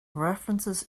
references